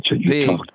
big